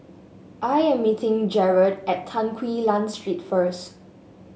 I am meeting Gerhard at Tan Quee Lan Street first